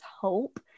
hope